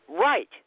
Right